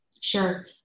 Sure